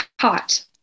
hot